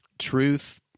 Truth